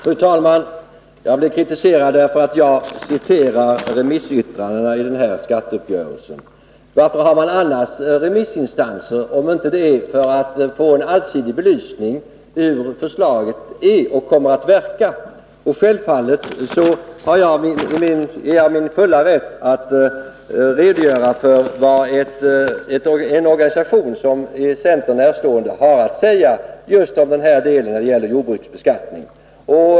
Fru talman! Jag blir kritiserad därför att jag citerar remissyttrandena över denna skatteuppgörelse. Varför har man remissinstanser, om det inte är för att få en allsidig belysning av hur förslaget är och kommer att verka? Självfallet är jag i min fulla rätt att redogöra för vad en organisation som är centern närstående har att säga om just denna del när det gäller jordbruksbeskattningen.